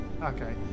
okay